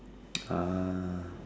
ah